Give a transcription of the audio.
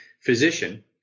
physician